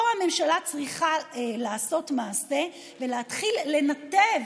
פה הממשלה צריכה לעשות מעשה ולהתחיל לנתב